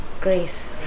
Grace